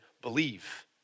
believe